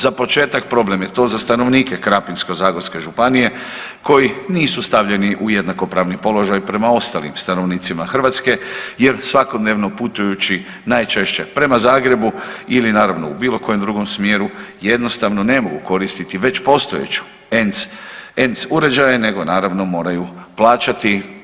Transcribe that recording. Za početak, problem je to za stanovnike Krapinsko-zagorske županije koji nisu stavljeni u jednakopravni položaj prema ostalim stanovnicima Hrvatske jer svakodnevno putujući, najčešće prema Zagrebu, ili naravno u bilo kojem drugom smjeru, jednostavno ne mogu koristiti već postojeću ENC uređaje, nego naravno, moraju plaćati.